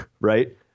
right